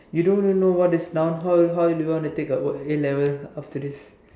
you do don't even know what is noun how how do you want to take the O A-level after this